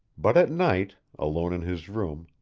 but at night, alone in his room,